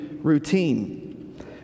routine